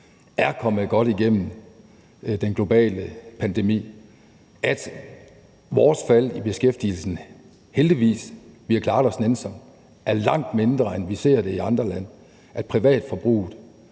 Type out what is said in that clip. er kommet godt igennem den globale pandemi, at vores fald i beskæftigelsen – heldigvis, vi har klaret os nænsomt – er langt mindre, end vi ser det i andre lande, og at privatforbruget